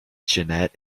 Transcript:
janet